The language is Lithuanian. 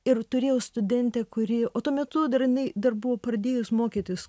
ir turėjau studentę kuri o tuo metu dar jinai dar buvo pradėjus mokytis